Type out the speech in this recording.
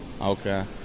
Okay